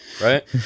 Right